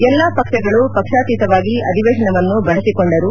ಎಲ್ಲಾ ಪಕ್ಷಗಳು ಪಕ್ಷಾತೀತವಾಗಿ ಅಧಿವೇಶನವನ್ನು ಬಳಸಿಕೊಂಡರು